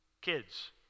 kids